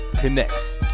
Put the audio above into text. Connects